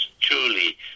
truly